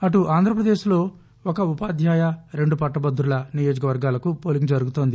అటు ఆంధ్రప్రదేశ్లో ఒక ఉపాధ్యాయ రెండు పట్టభదుల నియోజకవర్గాలకు పోలింగ్ జరుగుతోంది